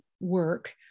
work